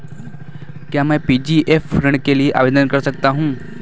क्या मैं जी.पी.एफ ऋण के लिए आवेदन कर सकता हूँ?